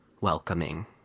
welcoming